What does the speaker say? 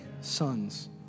sons